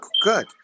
good